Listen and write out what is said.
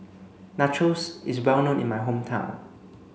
Nachos is well known in my hometown